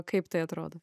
kaip tai atrodo